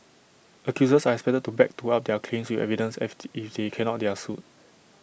accusers are expected to back to up their claims with evidence and if they cannot they are sued